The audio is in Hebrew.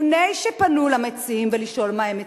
לפני שפנו למציעים לשאול מה הם מציעים,